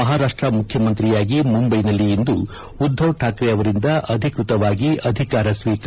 ಮಹಾರಾಪ್ಪ ಮುಖ್ಯಮಂತ್ರಿಯಾಗಿ ಮುಂಬೈನಲ್ಲಿ ಇಂದು ಉದ್ದವ್ ಕಾಕ್ರೆ ಅವರಿಂದ ಅಧಿಕೃತವಾಗಿ ಅಧಿಕಾರ ಸ್ವೀಕಾರ